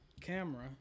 camera